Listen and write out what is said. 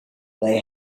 they